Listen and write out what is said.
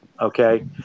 okay